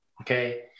Okay